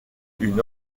une